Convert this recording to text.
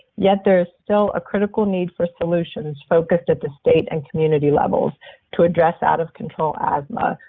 yet there is still a critical need for solutions focused at the state and community levels to address out-of-control asthma,